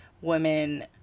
women